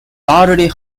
largely